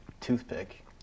toothpick